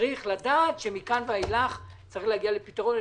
מכאן ואילך צריך להגיע לפתרון.